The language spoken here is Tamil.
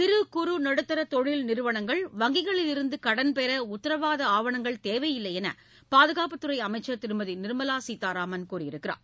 சிறு குறு நடுத்தர தொழில் நிறுவனங்கள் வங்கிகளிலிருந்து கடன் பெற உத்தரவாத ஆவணங்கள் தேவையில்லை என்று பாதுகாப்புத் துறை அமைச்சர் திருமதி நிர்மலா சீதாராமன் கூறியிருக்கிறார்